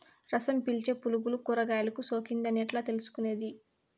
రసం పీల్చే పులుగులు కూరగాయలు కు సోకింది అని ఎట్లా తెలుసుకునేది?